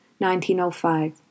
1905